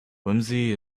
whimsy